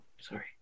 sorry